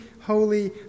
holy